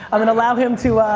i'm gonna allow him to,